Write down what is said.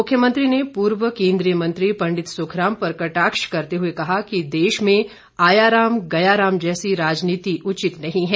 मुख्यमंत्री ने पूर्व केन्द्रीय मंत्री पंडित सुखराम पर कटाक्ष करते हुए कहा कि देश में आयाराम गयाराम जैसी राजनीति उचित नहीं है